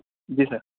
جی سر